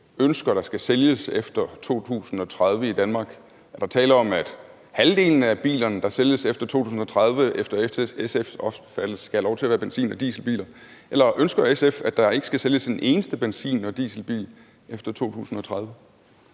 ønsker der skal sælges efter 2030 i Danmark? Er der tale om, at halvdelen af bilerne, der sælges efter 2030, efter SF's opfattelse skal have lov til at være benzin- og dieselbiler, eller ønsker SF, at der ikke skal sælges en eneste benzin- og dieselbil efter 2030?